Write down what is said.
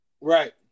Right